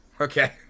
Okay